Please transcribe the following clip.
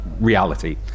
reality